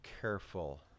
careful